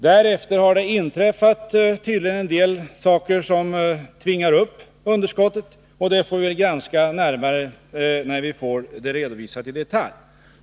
Därefter har det tydligen inträffat en del saker som tvingar upp underskottet, och det får vi granska närmare när vi får det hela redovisat i detalj.